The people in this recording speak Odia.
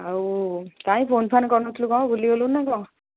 ଆଉ କାଇଁ ଫୋନ୍ ଫାନ୍ କରୁନଥିଲୁ କ'ଣ ଭୁଲିଗଲୁଣି ନା କ'ଣ